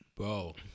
Bro